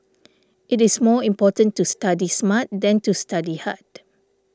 it is more important to study smart than to study hard